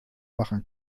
machen